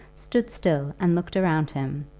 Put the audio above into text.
stood still and looked around him,